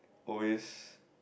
always